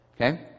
Okay